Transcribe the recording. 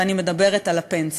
ואני מדברת על הפנסיה.